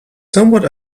somewhat